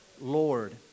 Lord